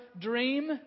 dream